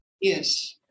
Yes